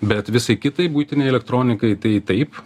bet visai kitai buitinei elektronikai tai taip